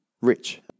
rich